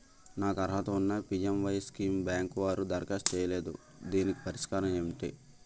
నాకు అర్హత ఉన్నా పి.ఎం.ఎ.వై స్కీమ్ బ్యాంకు వారు దరఖాస్తు చేయలేదు దీనికి పరిష్కారం ఏమిటి?